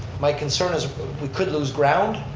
my concern is we could lose ground.